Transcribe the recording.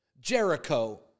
Jericho